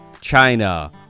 China